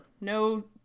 no